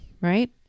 right